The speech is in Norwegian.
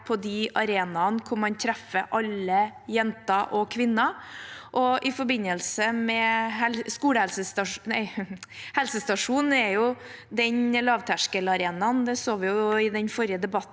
på de arenaene hvor man treffer alle jenter og kvinner. Helsestasjonen er den lavterskelarenaen – det så vi i den forrige debatten,